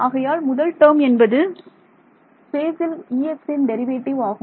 ஆகையால் முதல் டேர்ம் என்பது ஸ்பேஸ் இல் Exன்டெரிவேட்டிவ் ஆகும்